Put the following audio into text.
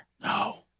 No